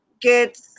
get